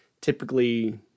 typically